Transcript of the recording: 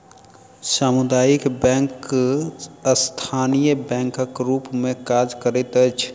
सामुदायिक बैंक स्थानीय बैंकक रूप मे काज करैत अछि